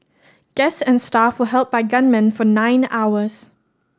guests and staff were held by gunmen for nine hours